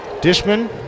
Dishman